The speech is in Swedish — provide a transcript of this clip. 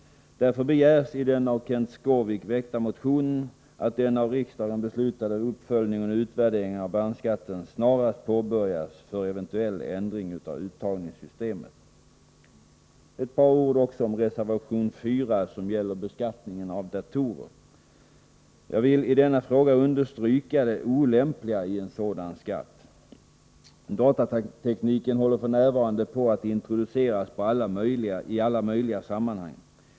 Därför begärs i den av Kenth Skårvik väckta motionen att den av riksdagen beslutade uppföljningen och utvärderingen av bandskatten snarast påbörjas för eventuell ändring av uttagningssystemet. Ett par ord också om reservation 4, som gäller beskattningen av datorer. Jag vill i denna fråga understryka det olämpliga i en sådan skatt. Datatekniken håller f. n. på att introduceras i alla möjliga sammanhang.